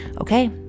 Okay